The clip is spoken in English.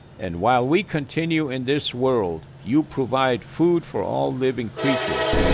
and while we continue in this world you provide food for all living creatures.